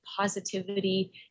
positivity